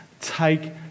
take